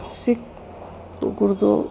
سکھ گردو